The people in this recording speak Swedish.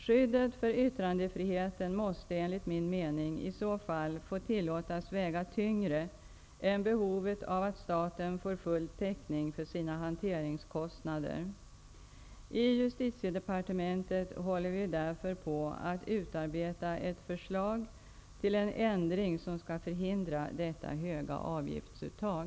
Skyddet för yttrandefriheten måste enligt min mening i så fall få tillåtas väga tyngre än behovet av att staten får full täckning för sina hanteringskostnader. I Justitiedepartementet håller vi därför på att utarbeta ett förslag till en ändring som skall förhindra detta höga avgiftsuttag.